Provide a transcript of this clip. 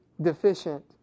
deficient